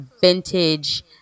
vintage